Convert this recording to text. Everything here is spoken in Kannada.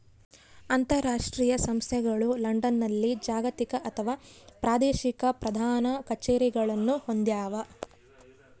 ಅಂತರಾಷ್ಟ್ರೀಯ ಸಂಸ್ಥೆಗಳು ಲಂಡನ್ನಲ್ಲಿ ಜಾಗತಿಕ ಅಥವಾ ಪ್ರಾದೇಶಿಕ ಪ್ರಧಾನ ಕಛೇರಿಗಳನ್ನು ಹೊಂದ್ಯಾವ